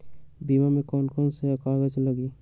बीमा में कौन कौन से कागज लगी?